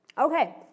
Okay